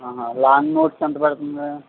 long notes ఎంత పడుతుంది